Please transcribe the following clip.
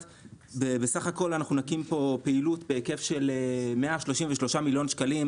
ובסך הכול אנחנו נקים פה פעילות בהיקף של 133 מיליון שקלים.